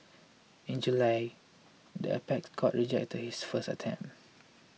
in July the apex court rejected his first attempt